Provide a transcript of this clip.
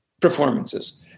performances